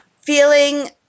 feeling